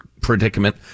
predicament